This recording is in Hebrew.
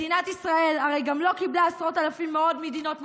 מדינת ישראל הרי גם לא קיבלה עשרות אלפים מעוד מדינות מלחמה,